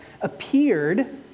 appeared